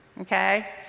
okay